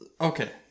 Okay